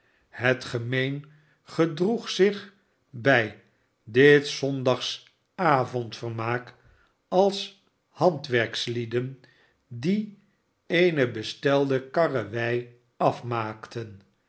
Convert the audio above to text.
het gemeen gedroeg zich bij dit zondagavondvermaak als handwerkslieden die eene het kwaad neemt toe bestelde karrewei afmaakten